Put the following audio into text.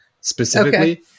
specifically